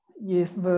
Yes